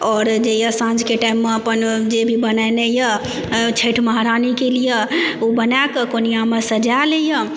और जे यऽ साँझके टाइममे अपन जे भी बनेनाइ यऽ छठि महारानीके लिय ओ बनाए कऽ कोनियामे सजा लैया